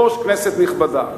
אדוני היושב-ראש, כנסת נכבדה,